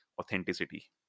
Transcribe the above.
authenticity